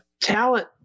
talent